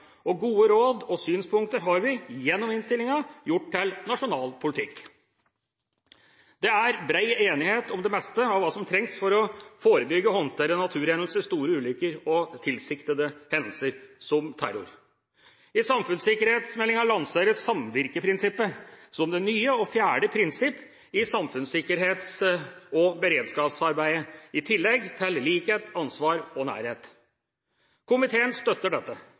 komitéhøringen. Gode råd og synspunkter har vi – gjennom innstillingen – gjort til nasjonal politikk. Det er bred enighet om det meste av det som trengs for å forebygge og håndtere naturhendelser, store ulykker og tilsiktede hendelser – som terror. I samfunnssikkerhetsmeldingen lanseres samvirkeprinsippet som det nye og fjerde prinsipp i samfunnssikkerhets- og beredskapsarbeidet, i tillegg til likhet, ansvar og nærhet. Komiteen støtter dette.